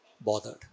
bothered